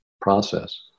process